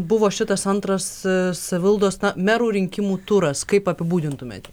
buvo šitas antras savivaldos merų rinkimų turas kaip apibūdintumėt